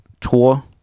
tour